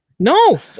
No